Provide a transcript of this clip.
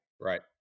Right